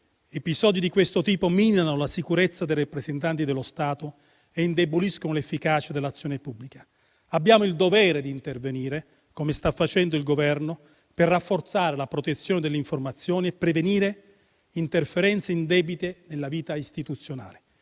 episodi di questo tipo minano la sicurezza dei rappresentanti dello Stato e indeboliscono l'efficacia dell'azione pubblica. Abbiamo il dovere di intervenire, come sta facendo il Governo, per rafforzare la protezione delle informazioni e prevenire interferenze indebite nella vita istituzionale.